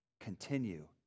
continue